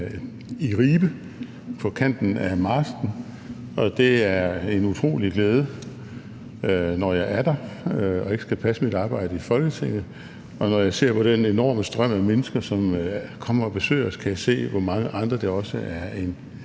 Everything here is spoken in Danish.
i Ribe, på kanten af marsken, og det er en utrolig glæde, når jeg er der og ikke skal passe mit arbejde i Folketinget. Og når jeg ser på den enorme strøm af mennesker, som kommer og besøger os, kan jeg se, hvor mange andre det også er en